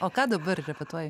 o ką dabar repetuoji